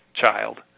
child